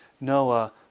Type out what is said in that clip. Noah